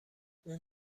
اون